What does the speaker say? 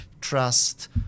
trust